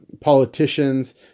politicians